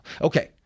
Okay